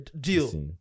deal